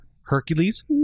hercules